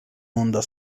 onda